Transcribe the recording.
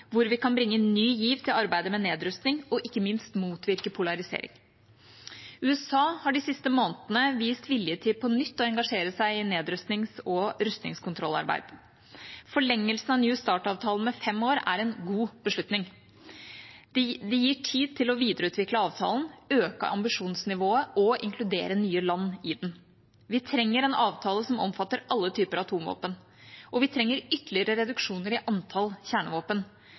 vi kan bringe ny giv til arbeidet med nedrustning og ikke minst motvirke polarisering. USA har de siste månedene vist vilje til på nytt å engasjere seg i nedrustnings- og rustningskontrollarbeid. Forlengelsen av New START-avtalen med fem år var en god beslutning. Det gir tid til å videreutvikle avtalen, øke ambisjonsnivået og inkludere nye land i den. Vi trenger en avtale som omfatter alle typer atomvåpen. Og vi trenger ytterligere reduksjoner i antall kjernevåpen.